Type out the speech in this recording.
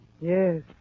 Yes